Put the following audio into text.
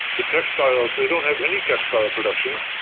the textiles, they don't have any textile production.